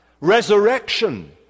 Resurrection